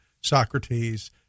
Socrates